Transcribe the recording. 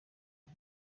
iki